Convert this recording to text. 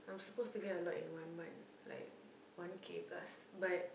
I'm supposed to get like in one month like one K plus but